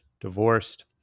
divorced